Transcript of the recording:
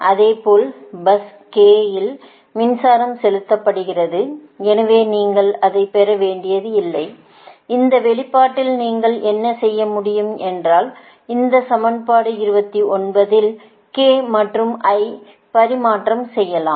அதேபோல் பஸ்k இல் மின்சாரம் செலுத்தப்படுகிறது எனவே நீங்கள் அதை பெற வேண்டியதில்லை இந்த வெளிப்பாட்டில் நீங்கள் என்ன செய்ய முடியும் என்றாள் இந்த சமன்பாடு 29 இல் k மற்றும் i ஐ பரிமாற்றம் செய்யலாம்